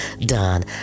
Done